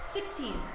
Sixteen